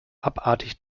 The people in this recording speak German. abartig